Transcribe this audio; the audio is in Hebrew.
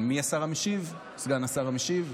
מי השר המשיב או סגן השר המשיב?